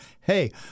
hey